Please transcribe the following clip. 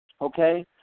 okay